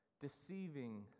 deceiving